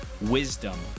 wisdom